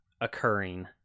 occurring